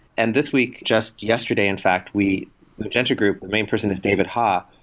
and this week, just yesterday in fact, we magenta group, the main person is david hoff,